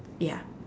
ya